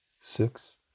six